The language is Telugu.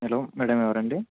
హలో మేడం ఎవరండి